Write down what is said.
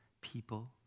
people